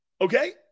Okay